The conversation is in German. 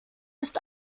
ist